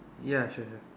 ya sure sure